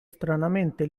stranamente